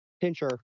pincher